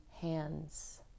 hands